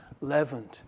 leavened